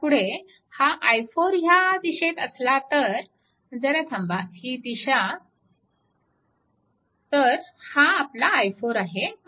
त्यापुढे हा i4 ह्या दिशेत असला तर जरा थांबा ही दिशा तर हा आपला i4 आहे